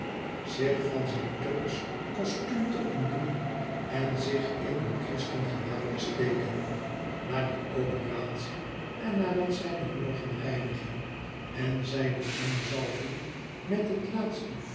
zich van zijnturksch costuum te ontdoen en zich in een christengewaad te steken na die operatie en nadat zijne morgenreiniging en zijne inzalving met het laatste